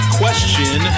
question